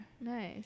nice